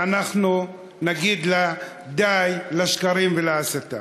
ואנחנו נגיד לה: די לשקרים ולהסתה.